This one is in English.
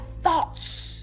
thoughts